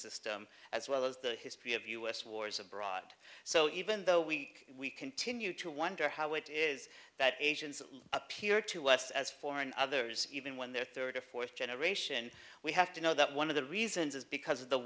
system as well as the history of u s wars abroad so even though we we continue to wonder how it is that asians appear to us as foreign others even when they're third or fourth generation we have to know that one of the reasons is because of the